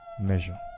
measure